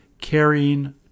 carrying